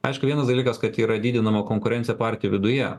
aišku vienas dalykas kad yra didinama konkurencija partijų viduje